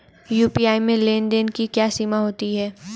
UPI में लेन देन की क्या सीमा होती है?